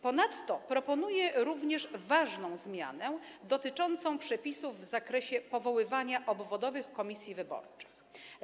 Ponadto proponuje również ważną zmianę dotyczącą przepisów w zakresie powoływania obwodowych komisji wyborczych.